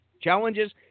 challenges